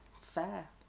fair